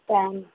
tan